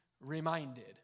reminded